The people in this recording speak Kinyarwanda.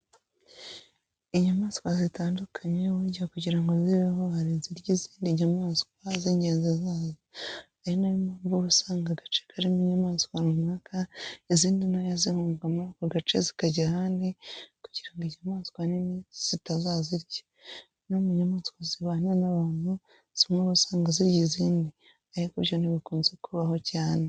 Inyamaswa zitandukanye burya kugira ngo zibeho hari izirya izindi nyamaswa zigenzi zazo. Ari na yo mpamvu uba usanga agace karimo inyamaswa runaka izindi ntoya zihunga muri ako gace zikajya ahandi kugira ngo inyamaswa nini zitazazirya. No mu nyamaswa zibana n'abantu zimwe uba usanga zirya izindi ariko byo ntibikunze kubaho cyane.